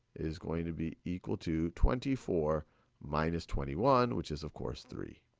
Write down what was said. is going to be equal to twenty four minus twenty one. which is, of course, three.